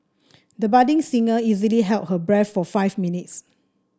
the budding singer easily held her breath for five minutes